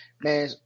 man